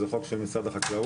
זה חוק של משרד החקלאות,